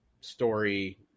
story